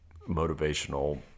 motivational